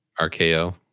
RKO